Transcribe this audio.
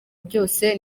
byose